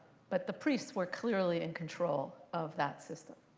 but the priests were clearly in control of that system.